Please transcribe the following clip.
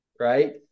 right